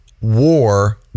war